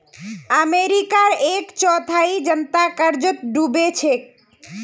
अमेरिकार एक चौथाई जनता कर्जत डूबे छेक